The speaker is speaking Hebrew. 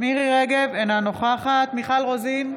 מירי מרים רגב, אינה נוכחת מיכל רוזין,